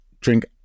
drink